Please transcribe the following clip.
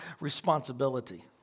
responsibility